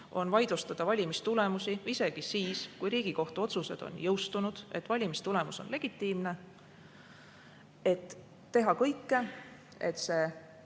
on vaidlustada valimistulemusi isegi siis, kui Riigikohtu otsused on jõustunud, et valimistulemus on legitiimne, et teha kõike, et see